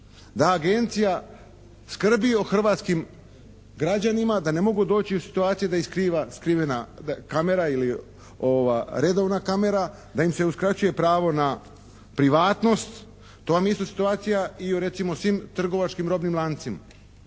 da agencija skrbi o hrvatskim građanima da ne mogu doći u situaciju da ih snima skrivena kamera ili redovna kamera, da im se uskraćuje pravo na privatnost, to vam je isto situacija ili recimo u svim recimo trgovačkim robnim lancima.